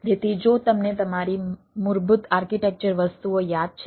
તેથી જો તમને તમારી મૂળભૂત આર્કિટેક્ચર વસ્તુઓ યાદ છે